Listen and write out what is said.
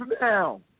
now